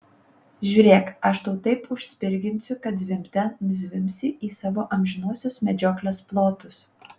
žiūrėk aš tau taip užspirginsiu kad zvimbte nuzvimbsi į savo amžinosios medžioklės plotus